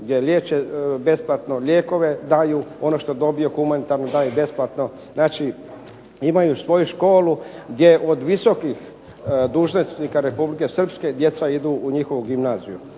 gdje liječe besplatno, lijekove daju. Ono što dobiju humanitarno daju besplatno. Imaju svoju školu gdje od visokih dužnosnika Republike Srpske djeca idu u njihovu gimnaziju.